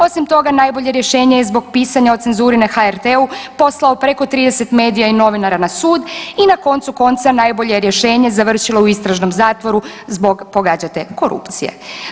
Osim toga, nabolje rješenje je zbog pisanja o cenzuri na HRT-u poslao preko 30 medija i novinara na sud i na koncu konca, nabolje rješenje je završilo u istražnom zatvoru zbog, pogađate, korupcije.